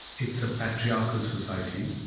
it's a patriarchal society,